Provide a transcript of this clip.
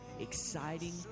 exciting